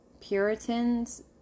Puritans